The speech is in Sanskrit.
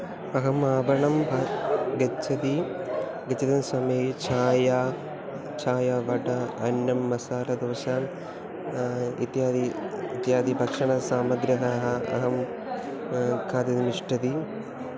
अहम् आपणं भा गच्छति गमनसमये छाया छाया वडा अन्नं मसालादोसा इत्यादि इत्यादि भक्षणसामग्र्यः अहं खादितुम् इच्छति